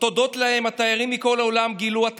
הודות להם תיירים מכל העולם גילו עד